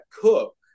Cook